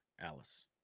Alice